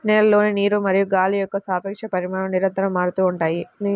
నేలలోని నీరు మరియు గాలి యొక్క సాపేక్ష పరిమాణాలు నిరంతరం మారుతూ ఉంటాయి